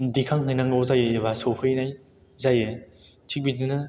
दिखांहैनांगौ जायो एबा सौहैनाय जायो थिख बेबादिनो